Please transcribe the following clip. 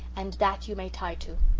and that you may tie to.